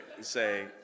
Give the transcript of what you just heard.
say